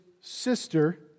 sister